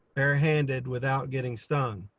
barehanded without getting stung.